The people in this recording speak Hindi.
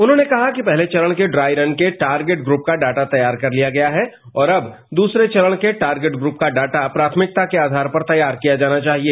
उन्होंने कहा कि पहले चरण के ड्राई रन के टारगेट ग्रुप का डाटा तैयार कर लिया गया है और अब दूसरे चरण के टारगेट ग्रुप का डाटा प्राथमिकता के आघार पर तैयार किया जाना चाहिए